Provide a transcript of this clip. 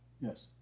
Yes